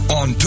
on